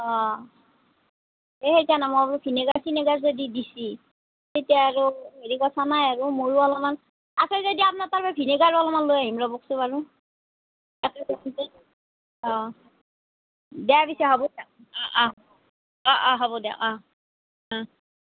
অঁ এই সেইকাৰণে মই বোলো ভিনেগাৰ চিনেগাৰ যে দি দিছি তেতিয়া আৰু হেৰি কথা নাই আৰু মোৰো অলপমান আছে যদি আপোনাৰ তাৰপৰা ভিনেগাৰ অলপমান লৈ আহিম ৰ'বক চো বাৰু অঁ দে পিছে হ'ব দে অঁ অঁ অঁ অঁ হ'ব দে অঁ